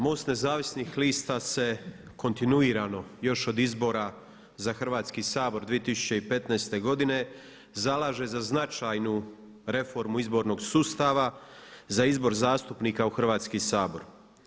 MOST Nezavisnih lista se kontinuirano još od izbora za Hrvatski sabor 2015. godine zalaže za značajnu reformu izbornog sustava, za izbor zastupnika u Hrvatski sabor.